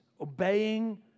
obeying